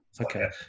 Okay